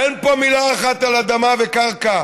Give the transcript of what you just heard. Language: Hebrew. אין פה מילה אחת על אדמה וקרקע,